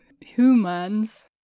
humans